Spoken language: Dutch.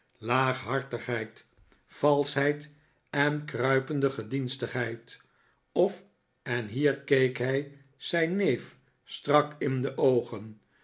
laaghartigheid valschheid en kruipende gedienstigheid of en hier keek hij zijn neef strak in de oogen